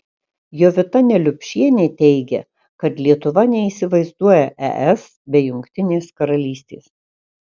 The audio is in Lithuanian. jovita neliupšienė teigia kad lietuva neįsivaizduoja es be jungtinės karalystės